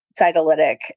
cytolytic